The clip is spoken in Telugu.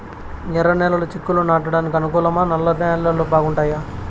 ఎర్రనేలలు చిక్కుళ్లు నాటడానికి అనుకూలమా నల్ల నేలలు బాగుంటాయా